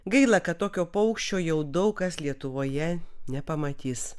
gaila kad tokio paukščio jau daug kas lietuvoje nepamatys